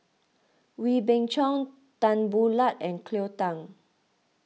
Wee Beng Chong Tan Boo Liat and Cleo Thang